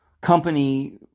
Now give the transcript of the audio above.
company